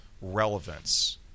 relevance